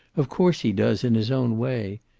of course he does, in his own way.